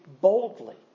boldly